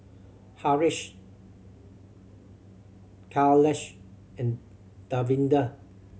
Haresh Kailash and Davinder